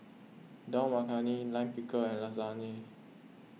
Dal Makhani Lime Pickle and Lasagne